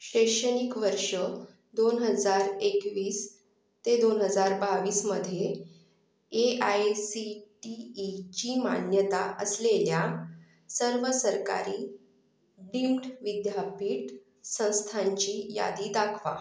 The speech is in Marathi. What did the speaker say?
शैक्षणिक वर्ष दोन हजार एकवीस ते दोन हजार बावीसमध्ये ए आय सी टी ईची मान्यता असलेल्या सर्व सरकारी डीम्ड विद्यापीठ संस्थांची यादी दाखवा